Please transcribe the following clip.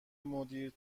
مدیر